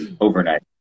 overnight